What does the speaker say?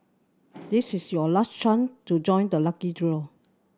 this is your last chance to join the lucky draw